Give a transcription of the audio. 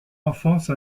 enfance